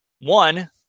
One